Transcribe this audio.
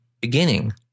beginning